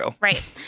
Right